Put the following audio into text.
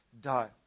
die